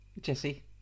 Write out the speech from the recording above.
Jesse